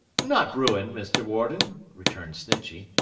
not ruined, mr. warden returned snitchey.